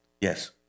Yes